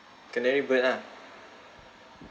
canary bird ah